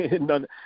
None